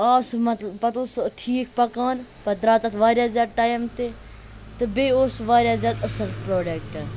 آو سُہ مطلب پَتہٕ اوس سُہ ٹھیٖک پکان پَتہٕ درٛاو تَتھ واریاہ زیادٕ ٹایِم تہِ تہٕ بیٚیہِ اوس سُہ واریاہ زیادٕ آصٕل پرٛوٚڈَکٹ